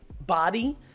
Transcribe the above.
body